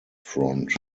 front